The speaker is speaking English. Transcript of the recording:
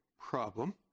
problem